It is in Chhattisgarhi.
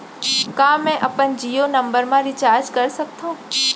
का मैं अपन जीयो नंबर म रिचार्ज कर सकथव?